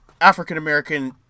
African-American